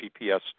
GPS